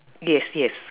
yes yes